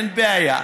אין בעיה.